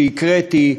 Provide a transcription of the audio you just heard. שהקראתי,